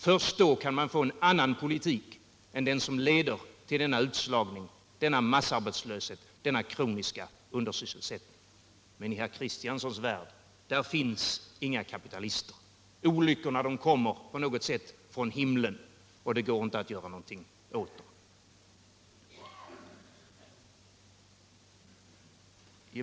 Först då kan man få en annan politik än den som leder till denna utslagning, denna massarbetslöshet och denna kroniska undersysselsättning. Men i Axel Kristianssons värld finns inga kapitalister. Olyckorna kommer på något sätt från himlen, och det går inte att göra något åt dem.